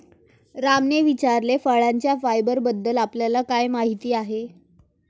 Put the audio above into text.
रामने विचारले, फळांच्या फायबरबद्दल आपल्याला काय माहिती आहे?